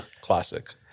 Classic